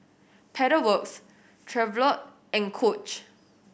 Pedal Works Chevrolet and Coach